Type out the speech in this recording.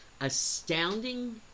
astounding